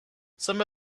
some